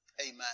Amen